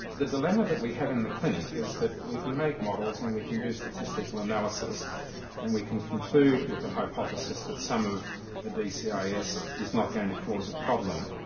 the dilemma that we have in the clinic is that we can make models and we can do statistical analysis and we can conclude with the hypothesis that some of the dcis is not going to cause a problem.